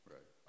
Right